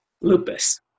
lupus